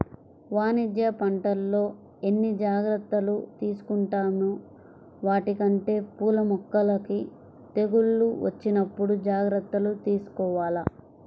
వాణిజ్య పంటల్లో ఎన్ని జాగర్తలు తీసుకుంటామో వాటికంటే పూల మొక్కలకి తెగుళ్ళు వచ్చినప్పుడు జాగర్తలు తీసుకోవాల